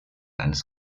eines